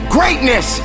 Greatness